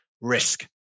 risk